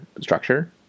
structure